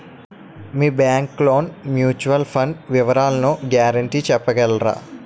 మీ bank లోని mutual fund వివరాల guarantee చెప్పగలరా?